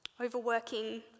Overworking